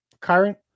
Current